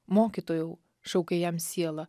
mokytojau šaukė jam siela